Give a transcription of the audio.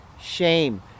shame